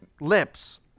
lips